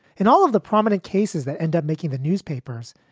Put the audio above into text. in all of the prominent cases that end up making the newspapers,